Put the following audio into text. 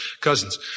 cousins